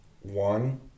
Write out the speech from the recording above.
One